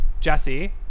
Jesse